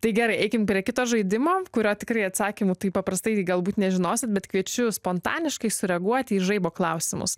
tai gerai eikim prie kito žaidimo kurio tikri atsakymai taip paprastai galbūt nežinosit bet kviečiu spontaniškai sureaguoti į žaibo klausimus